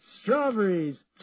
strawberries